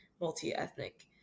multi-ethnic